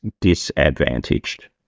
disadvantaged